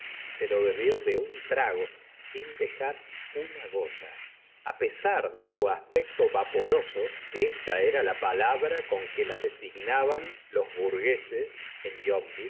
y se lo bebió de un trago sin dejar una gota a pesar de su aspecto vaporoso esta era la palabra con que la designaban los burgueses de yonville emma nunca parecía alegre y generalmente conservaba en los ángulos de